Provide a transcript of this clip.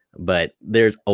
but there's ah